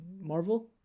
Marvel